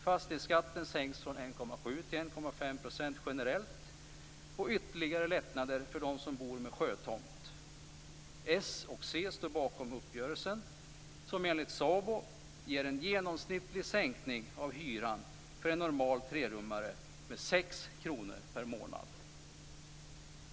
Fastighetsskatten sänks från 1,7 till 1,5 % generellt, och det blir ytterligare lättnader för dem som bor med sjötomt. S och c står bakom uppgörelsen, som enligt SABO ger en genomsnittlig sänkning av hyran för en normal trerummare med 6 kr per månad.